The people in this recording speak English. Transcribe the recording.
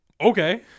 okay